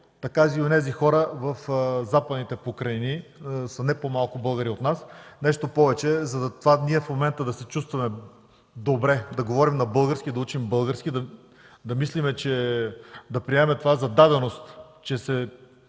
така и онези хора в Западните покрайнини са не по-малко българи от нас. Нещо повече, това ние в момента да се чувстваме добре, да говорим на български, да учим на български, да мислим и да приемем това за даденост, че